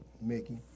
Mickey